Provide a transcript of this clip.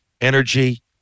energy